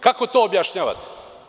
Kako to objašnjavate?